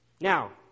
Now